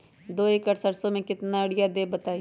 दो एकड़ सरसो म केतना यूरिया देब बताई?